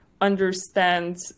understand